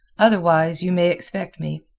otherwise, you may expect me.